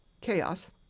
Chaos